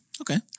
Okay